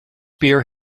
beer